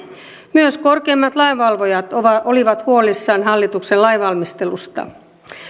myös korkeimmat lainvalvojat olivat huolissaan hallituksen lainvalmistelusta